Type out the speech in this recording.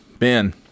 man